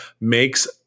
makes